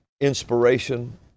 inspiration